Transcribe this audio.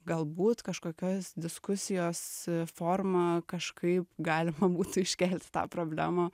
galbūt kažkokios diskusijos forma kažkaip galima būtų iškelti tą problemą